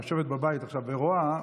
יושבת בבית עכשיו ורואה,